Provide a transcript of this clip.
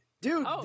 dude